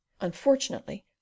unfortunately